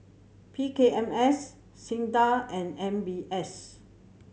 P K M S SINDA and M B S